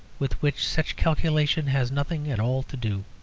with which such calculation has nothing at all to do.